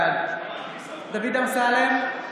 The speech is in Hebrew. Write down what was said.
בעד דוד אמסלם,